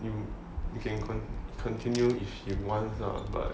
you you can con~ you can continue if she wants lah but